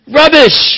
rubbish